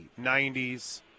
90s